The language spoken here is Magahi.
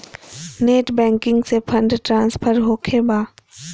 नेट बैंकिंग से फंड ट्रांसफर होखें बा?